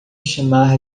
chamar